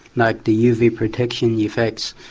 like the uv protection effects,